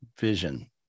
vision